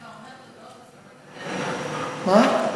אם אתה כבר אומר תודות, אז גם לקלדנית.